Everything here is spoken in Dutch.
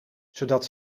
zodat